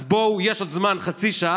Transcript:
אז בואו, יש עוד זמן, חצי שנה.